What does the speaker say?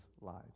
lives